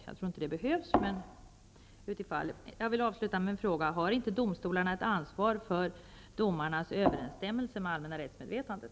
Jag vill avsluta med en fråga: Har inte domstolarna ett ansvar för domarnas överensstämmelse med allmänna rättsmedvetandet?